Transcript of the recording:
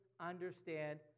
understand